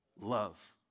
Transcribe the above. Love